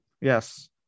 Yes